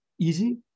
easy